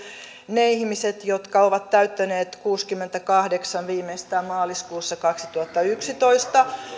ne ihmiset jotka ovat täyttäneet kuuteenkymmeneenkahdeksaan viimeistään maaliskuussa kaksituhattayksitoista